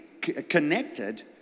connected